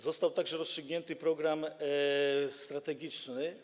Został także rozstrzygnięty program strategiczny.